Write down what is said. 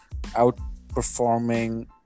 outperforming